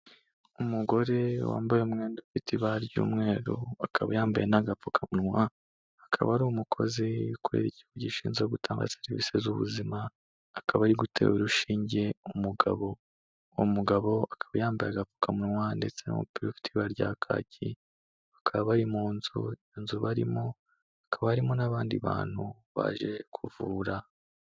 Umugore wambaye umwenda ufite ibara ry'umweru, akaba yambaye n'agapfukamunwa, akaba ari umukozi ukorera ikigo gishinzwe gutanga serivisi z'ubuzima, akaba ari gutera urushinge umugabo. Uwo mugabo akaba yambaye agapfukamunwa ndetse n'umupira ufite ibara rya kacyi, bakaba bari mu nzu, inzu barimo hakaba harimo n'abandi bantu baje kuvura.